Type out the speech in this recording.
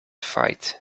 fight